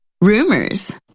rumors